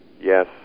yes